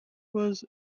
was